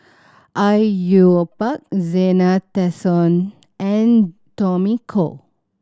Au Yue Pak Zena Tessensohn and Tommy Koh